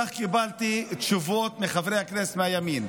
כך קיבלתי תשובות מחברי הכנסת מהימין,